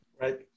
Right